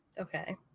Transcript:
Okay